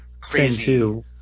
crazy